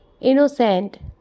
Innocent